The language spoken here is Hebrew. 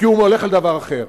כי הוא הולך על דבר אחר,